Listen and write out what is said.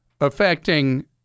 affecting